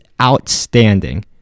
outstanding